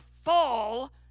fall